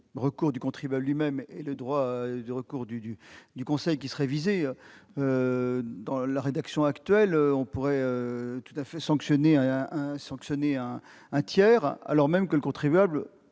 recours du contribuable lui-même et celui de son conseil. Dans la rédaction actuelle, on pourrait tout à fait sanctionner un tiers, alors même que le contribuable,